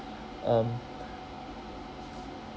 um